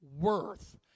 worth